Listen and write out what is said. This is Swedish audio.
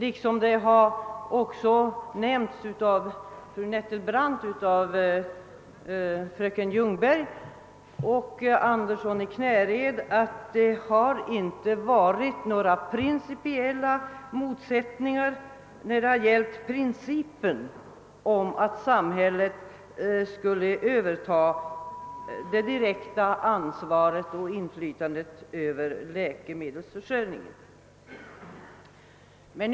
Såsom har nämnts av fru Nettelbrandt, som motionär fröken Ljungberg och herr Andersson i Knäred, har det vid utskottsbehandlingen inte förekommit några principiella motsättningar beträffande uppfattningen att samhället bör överta det direkta ansvaret för och inflytandet över läkemedelsförsörjningen.